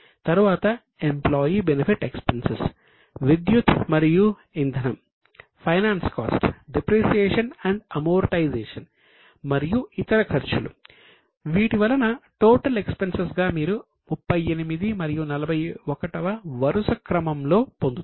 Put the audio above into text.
తరువాత employee benefit expenses గా మీరు 38 మరియు 41 వరుసక్రమంలో పొందుతారు